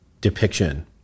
depiction